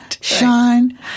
shine